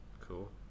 cool